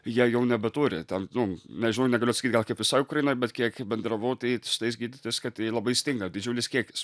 jie jau nebeturi ten nu nežinau negaliu atsakyt gal kaip visoj ukrainoj bet kiek bendravau tai su tais gydytojais kad labai stinga didžiulis kiekis